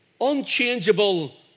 Unchangeable